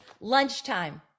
lunchtime